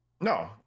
No